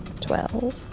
Twelve